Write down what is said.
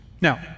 Now